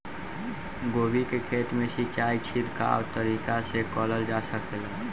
गोभी के खेती में सिचाई छिड़काव तरीका से क़रल जा सकेला?